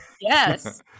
Yes